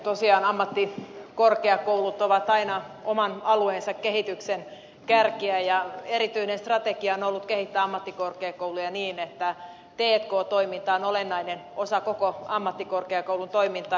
tosiaan ammattikorkeakoulut ovat aina oman alueensa kehityksen kärkeä ja erityinen strategia on ollut kehittää ammattikorkeakouluja niin että t k toiminta on olennainen osa koko ammattikorkeakoulun toimintaa